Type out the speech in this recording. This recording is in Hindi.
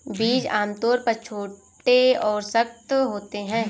बीज आमतौर पर छोटे और सख्त होते हैं